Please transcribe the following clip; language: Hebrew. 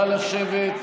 נא לשבת.